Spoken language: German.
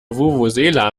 vuvuzela